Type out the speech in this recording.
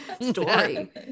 story